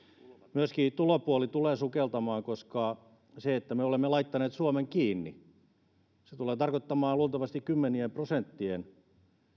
myöskin tulopuoli tulee sukeltamaan koska se että me olemme laittaneet suomen kiinni tulee tarkoittamaan luultavasti kymmenien prosenttien